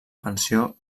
pensió